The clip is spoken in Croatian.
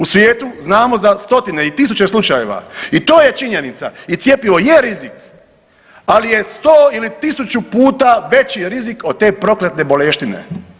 U svijetu znamo za stotine i tisuće slučajeva i to je činjenica i cjepivo je rizik, ali je 100 ili 1000 puta veći rizik od te proklete boleštine.